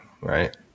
right